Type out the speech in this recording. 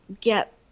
get